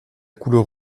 couleur